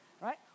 right